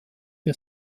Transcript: der